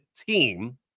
team